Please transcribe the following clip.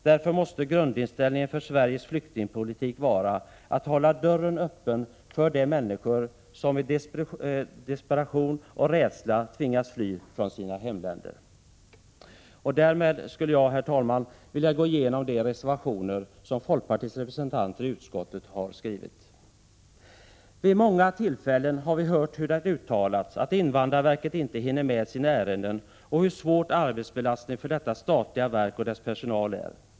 Därför måste grundinställningen för Sveriges flyktingpolitik vara att hålla dörren öppen för de människor som i desperation och rädsla tvingas fly från sina hemländer. Därmed skulle jag, herr talman, vilja gå igenom de reservationer som folkpartiets representanter i utskottet har skrivit. Vid många tillfällen har vi hört hur det uttalats att invandrarverket inte hinner med sina ärenden och hur svår arbetsbelastningen för detta statliga verk och dess personal är.